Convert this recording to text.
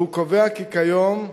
והוא קובע כי כיום,